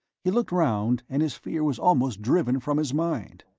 he looked round and his fear was almost driven from his mind.